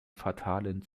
fatalen